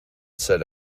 said